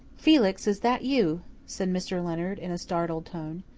felix, is that you? said mr. leonard in a startled tone.